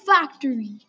factory